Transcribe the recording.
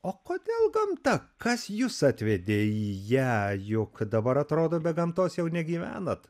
o kodėl gamta kas jus atvedė į ją juk dabar atrodo be gamtos jau negyvenat